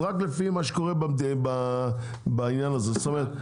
אז רק לפי מה שקורה בעניין הזה.